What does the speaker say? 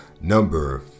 number